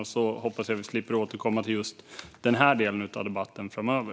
Jag hoppas att vi slipper återkomma till just den här delen av debatten framöver.